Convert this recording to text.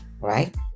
right